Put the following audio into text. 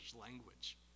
language